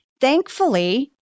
Thankfully